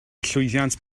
llwyddiant